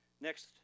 Next